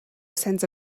sense